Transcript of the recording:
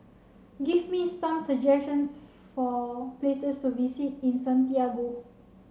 give me some suggestions for places to visit in Santiago